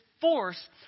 force